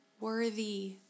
worthy